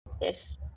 Yes